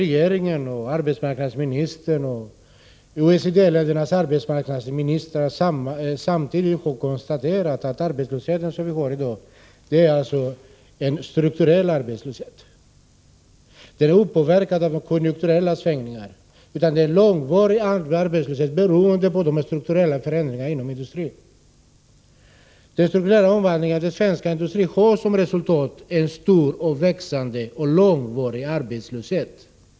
Regeringen, arbetsmarknadsministern och OECD-ländernas arbetsmarknadsministrar har samtidigt konstaterat att dagens arbetslöshet är en strukturell arbetslöshet. Den är opåverkad av konjunkturella svängningar. Det är en långvarig arbetslöshet, orsakad av de strukturella förändringarna inom industrin. Omvandlingarna av den svenska industrin får som resultat en stor, växande och långvarig arbetslöshet.